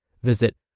Visit